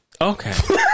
okay